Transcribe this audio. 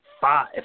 five